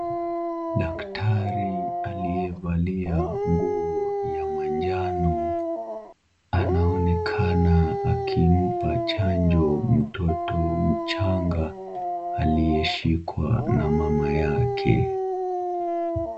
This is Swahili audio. Daktari aliyevalia nguo ya manjano anaonekana akimpa chanjo mtoto mchanga aliyeshikwa na mama yake.